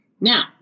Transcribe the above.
Now